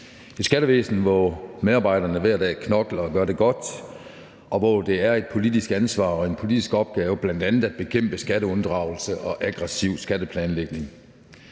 et skattevæsen, hvor medarbejderne hver dag knokler og gør det godt, og hvor det er et politisk ansvar og en politisk opgave bl.a. at bekæmpe skatteunddragelse og aggressiv skatteplanlægning.